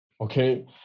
Okay